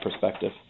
perspective